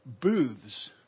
booths